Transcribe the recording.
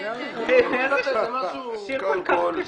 (תיקון מס'), התשע"ה-2017.